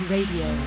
Radio